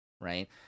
right